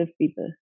people